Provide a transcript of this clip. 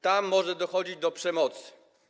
Tam może dochodzić do przemocy.